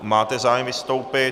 Máte zájem vystoupit.